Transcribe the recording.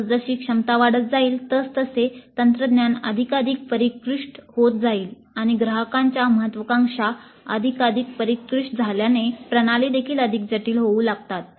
जसजशी क्षमता वाढत जाईल तसतसे तंत्रज्ञान अधिकाधिक परिष्कृत होत जाईल आणि ग्राहकांच्या महत्त्वाकांक्षा अधिकाधिक परिष्कृत झाल्याने प्रणाली देखील अधिक जटिल होऊ लागतात